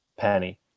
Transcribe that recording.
penny